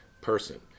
person